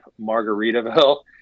Margaritaville